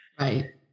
right